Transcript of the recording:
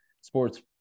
sports